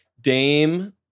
Dame